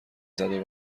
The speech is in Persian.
زدو